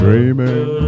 Dreaming